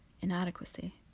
inadequacy